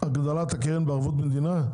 הגדלת הקרן בערבות המדינה,